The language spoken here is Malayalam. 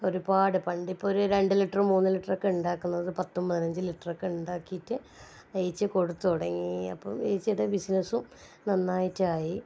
ഒരുപാട് പണ്ടിപ്പോൾ ഒരു രണ്ട് ലിറ്റർ മൂന്നു ലിറ്ററൊക്കെ ഉണ്ടാക്കുന്നത് പത്തും പതിനഞ്ചും ലിറ്ററൊക്കെ ഉണ്ടാക്കിയിട്ട് ആ ചേച്ചി കൊടുത്തുതുടങ്ങി അപ്പം ചേച്ചീടെ ബിസിനസും നന്നായിട്ടായി